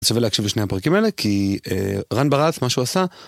שווה להקשיב לשני הפרקים האלה, כי רן ברץ, מה שהוא עשה...